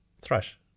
Thrush